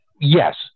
Yes